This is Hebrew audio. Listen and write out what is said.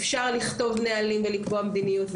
אפשר לכתוב נהלים ולקבוע מדיניות,